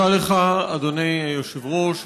תודה לך, אדוני היושב-ראש.